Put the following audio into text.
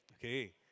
Okay